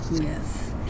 yes